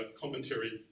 commentary